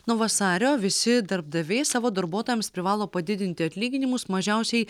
nuo vasario visi darbdaviai savo darbuotojams privalo padidinti atlyginimus mažiausiai